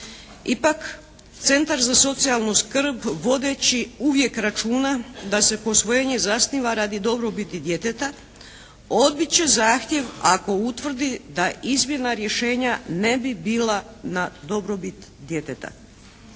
Ipak Centar za socijalnu skrb vodeći uvijek računa da se posvojenje zasniva radi dobrobiti djeteta odbit će zahtjev ako utvrdi da izmjena rješenja ne bi bila na dobrobit djeteta.